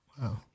Wow